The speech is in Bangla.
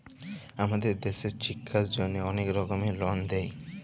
আমাদের দ্যাশে ছিক্ষার জ্যনহে অলেক রকমের লল দেয়